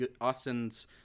austin's